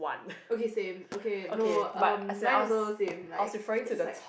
okay same okay no um mine also same like it's just like